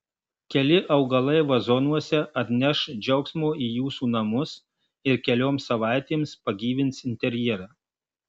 keli augalai vazonuose atneš džiaugsmo į jūsų namus ir kelioms savaitėms pagyvins interjerą